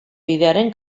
bidearen